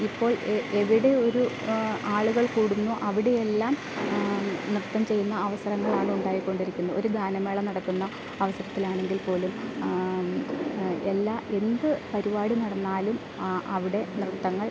ഇപ്പോൾ എവിടെ ഒരു ആളുകൾ കൂടുന്നു അവിടെ എല്ലാം നൃത്തം ചെയ്യുന്ന അവസരങ്ങളാണ് ഉണ്ടായി കൊണ്ടിരിക്കുന്നു ഒരു ഗാനമേള നടക്കുന്ന അവസരത്തിൽ ആണെങ്കിൽ പോലും ആ എല്ലാ എന്തു പരിപാടി നടന്നാലും ആ അവിടെ നൃത്തങ്ങൾ